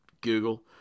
Google